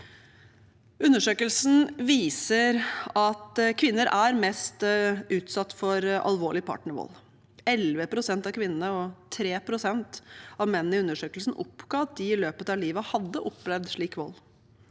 Undersøkelsen viser at kvinner er mest utsatt for alvorlig partnervold. 11 pst. av kvinnene og 3 pst. av mennene i undersøkelsen oppga at de i løpet av livet hadde opplevd slik vold.